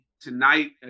tonight